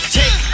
take